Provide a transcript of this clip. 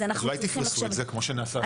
אז אולי תפרסו את זה כמו שנעשה?